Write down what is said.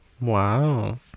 Wow